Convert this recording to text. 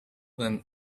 than